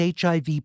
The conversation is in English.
HIV